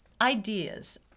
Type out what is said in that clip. ideas